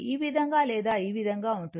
ఈ విధంగా లేదా ఈ విధంగా ఉంటుంది